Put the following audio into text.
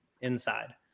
inside